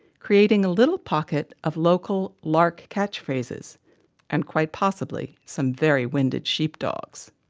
creating a little pocket of local lark catch-phrases and quite possibly, some very winded sheepdogs.